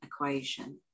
equation